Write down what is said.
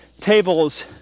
tables